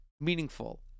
meaningful